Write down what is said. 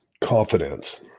confidence